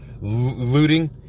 looting